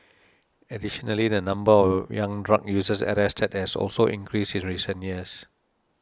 additionally the number of young drug users arrested has also increased in recent years